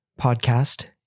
podcast